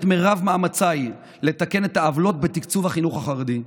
את מרב מאמציי לתקן את העוולות בתקצוב החינוך החרדי.